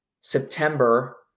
September